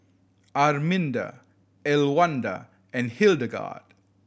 Arminda Elwanda and Hildegarde